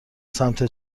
سمت